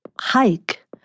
hike